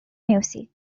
music